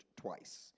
twice